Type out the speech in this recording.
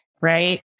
right